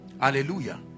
Hallelujah